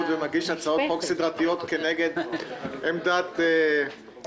ומגיש הצעות חוק סדרתיות כנגד עמדת ראש התנועה.